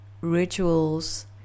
rituals